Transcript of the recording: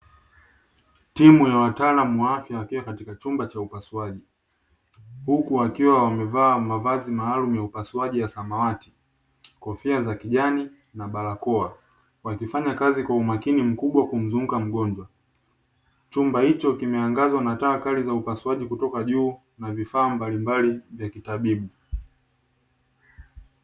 Timu ya wataalamu wa afya wakiwa katika chumba cha upasuaji, huku wakiwa wamevaa mavazi maalumu ya upasuaji ya samawati, kofia za kijani na barakoa. Wakifanya kazi kwa umakini mkubwa kumzunguka mgonjwa. Chumba hicho kimeangazwa na taa kali za upasuaji kutoka juu na vifaa mbalimbali vya kitabibu.